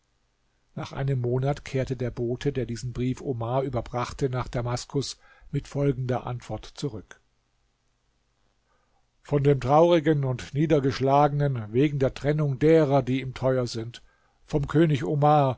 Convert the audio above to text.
nach einem monat kehrte der bote der diesen brief omar überbrachte nach damaskus mit folgender antwort zurück von dem traurigen und niedergeschlagenen wegen der trennung derer die ihm teuer sind vom könig omar